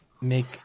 make